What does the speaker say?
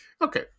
Okay